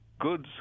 goods